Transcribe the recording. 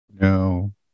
no